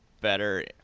better